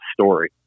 story